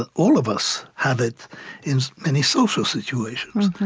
ah all of us have it in many social situations.